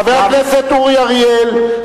חבר הכנסת אורי אריאל,